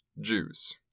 Jews